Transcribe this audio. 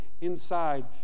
inside